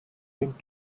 linked